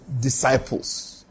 disciples